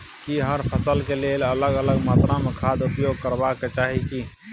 की हर फसल के लेल अलग अलग मात्रा मे खाद उपयोग करबाक चाही की?